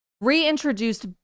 reintroduced